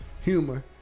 humor